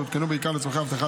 שהותקנו בעיקר לצורכי אבטחה,